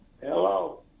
Hello